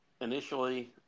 initially